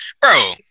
bro